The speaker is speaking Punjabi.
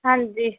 ਹਾਂਜੀ